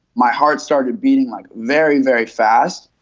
my heart started beating like very, very fast.